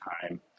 time